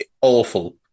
awful